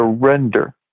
surrender